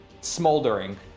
smoldering